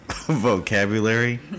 vocabulary